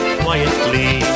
quietly